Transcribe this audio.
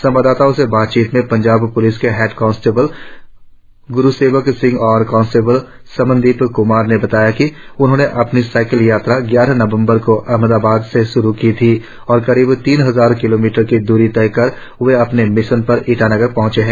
संवाददाताओं से बातचीत में पंजाब प्लिस के हेड कांस्टेबल ग्रुसेवक सिंह और कांस्टेबल समनदीप क्मार ने बताया कि उन्होंने अपनी साईकल यात्रा ग्यारह नवंबर को अहमदाबाद से श्रु की थी और करीब तीन हजार किलोमीटर की दूरी तय कर वे अपने मिशन पर ईटानगर पहुंचे है